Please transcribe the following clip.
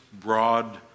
broad